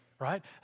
right